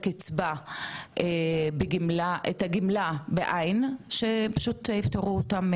הגמלה שפשוט יפתרו אותם ניכויים של אותו כספי פיקדון.